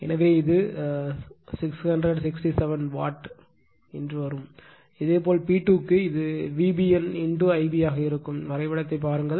எனவே இது 667 வாட் ஆகி வருகிறது இதேபோல் P2 க்கு இது VBN Ib ஆக இருக்கும் வரைபடத்தைப் பாருங்கள்